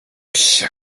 psia